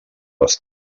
les